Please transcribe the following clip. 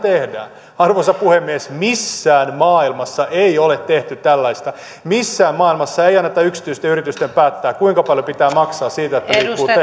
tehdään arvoisa puhemies missään maailmassa ei ole tehty tällaista missään maailmassa ei anneta yksityisten yritysten päättää kuinka paljon pitää maksaa siitä että